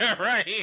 Right